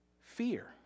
fear